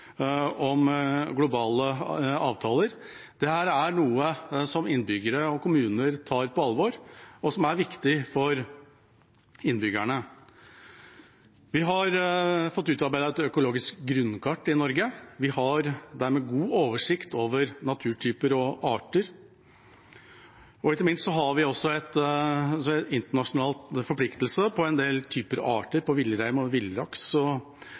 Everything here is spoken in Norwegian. om globale avtaler. Dette er noe som innbyggere og kommuner tar på alvor, og som er viktig for innbyggerne. Vi har fått utarbeidet et økologisk grunnkart over Norge. Vi har dermed god oversikt over naturtyper og arter, og ikke minst har vi en internasjonal forpliktelse for en del arter, som villrein og villaks, og